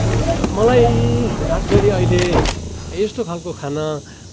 मलाई खास गरी अहिले एस्तो खाना खाना